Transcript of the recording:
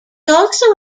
also